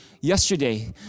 Yesterday